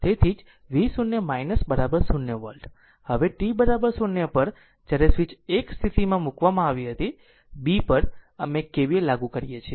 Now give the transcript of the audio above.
તેથી તેથી જ v0 0 વોલ્ટ હવે t 0 પર જ્યારે સ્વીચ 1 સ્વીચ સ્થિતિમાં મૂકવામાં આવી હતી b પર અમે KVL લાગુ કરીએ છીએ